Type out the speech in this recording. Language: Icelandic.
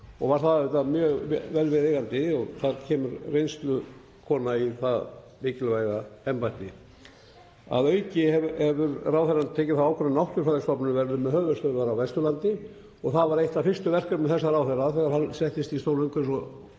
og var það mjög vel viðeigandi og þar kemur reynslukona í það mikilvæga embætti. Að auki hefur ráðherrann tekið þá ákvörðun að Náttúrufræðistofnun Íslands verði með höfuðstöðvar á Vesturlandi og það var eitt af fyrstu verkefnum þessa ráðherra þegar hann settist í stól umhverfis-,